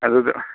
ꯑꯗꯨꯗ